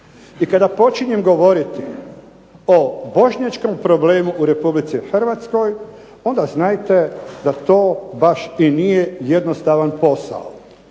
i kada počinjem govoriti o bošnjačkom problemu u Republici Hrvatskoj, onda znajte da to baš i nije jednostavan posao.